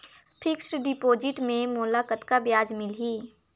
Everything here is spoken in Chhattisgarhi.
फिक्स्ड डिपॉजिट मे मोला कतका ब्याज मिलही?